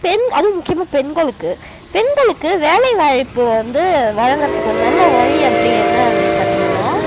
பெண் அதுவும் முக்கியமாக பெண்களுக்கு பெண்களுக்கு வேலைவாய்ப்பு வந்து வழங்குறதுக்கு ஒரு நல்ல வழி அப்படி என்ன அப்டின்னு பார்த்தீங்கன்னா